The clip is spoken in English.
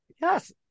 Yes